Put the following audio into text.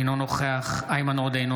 אינו נוכח איימן עודה,